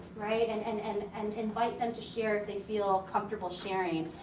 right? and and and and invite them to share if they feel comfortable sharing.